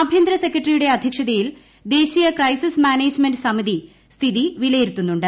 ആഭ്യന്തര സെക്രട്ടറിയുടെ അധ്യക്ഷതയിൽ ദേശീയ ക്രൈസിസ് മാനേജ്മെന്റ് സമിതി സ്ഥിതി വിലയിരുത്തുന്നുണ്ട്